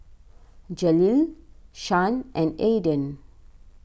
Jaleel Shan and Aydan